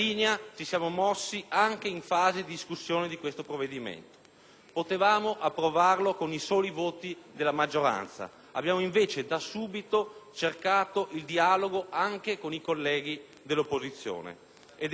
Potevamo approvarlo con i soli voti della maggioranza. Abbiamo, invece, da subito cercato il dialogo anche con i colleghi dell'opposizione. Devo dire che grazie all'atteggiamento responsabile di tutti